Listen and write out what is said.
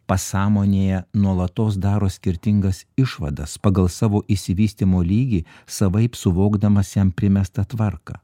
pasąmonėje nuolatos daro skirtingas išvadas pagal savo išsivystymo lygį savaip suvokdamas jam primestą tvarką